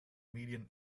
median